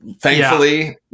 thankfully